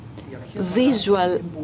visual